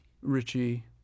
Richie